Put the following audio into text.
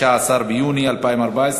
16 ביוני 2014,